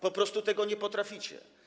Po prostu tego nie potraficie.